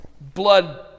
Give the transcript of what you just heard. blood